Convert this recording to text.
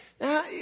Now